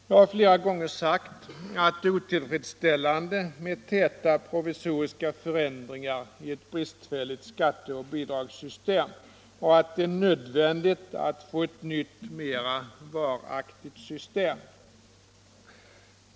Jag har flera gånger sagt att det är otillfredsställande med täta provisoriska förändringar i ett bristfälligt skatteoch bidragssystem och att det är nödvändigt att få ett nytt, mera varaktigt system.